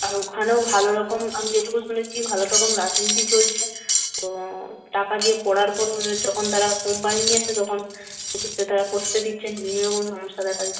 আর ওখানেও ভালো রকম আমি যেটুকু শুনেছি ভালো রাজনীতি চলছে তো টাকা দিয়ে পড়ার পরও যখন তারা কোম্পানি নিয়ে আসছে তখন তারা বসতে দিচ্ছে বিভিন্ন রকম সমস্যা দেখা দিচ্ছে